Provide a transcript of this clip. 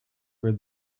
for